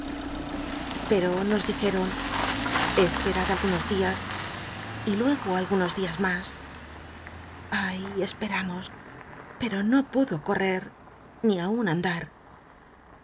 l'eto nos dijeron esperad algunos dias y luego algunos di as mas ay esperamos pero no pudo correr ni aun andar